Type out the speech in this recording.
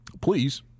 Please